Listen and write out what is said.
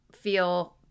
feel